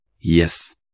Yes